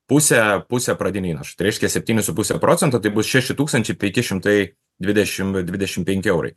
pusė pusė pradinio įnašo tai reiškia septyni su puse procento tai bus šeši tūkstančiai penki šimtai dvidešim dvidešim penki eurai